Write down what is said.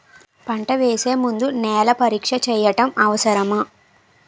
పంట వేసే ముందు నేల పరీక్ష చేయటం అవసరమా?